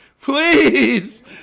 Please